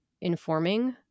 informing